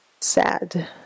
sad